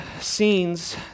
scenes